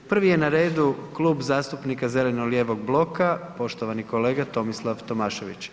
Prvi je na redu Klub zastupnika Zeleno-lijevog bloka poštovani kolega Tomislav Tomašević.